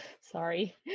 Sorry